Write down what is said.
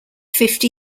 fifty